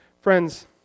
Friends